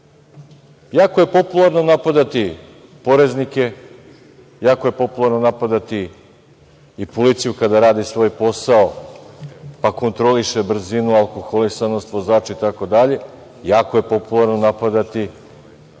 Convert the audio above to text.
jako je popularno napadati poreznike, jako je popularno napadati i policiju kada radi svoj posao pa kontroliše brzinu, alkoholisanost vozača itd, jako je popularno napadati i